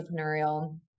entrepreneurial